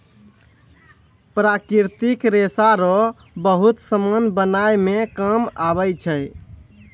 प्राकृतिक रेशा रो बहुत समान बनाय मे काम आबै छै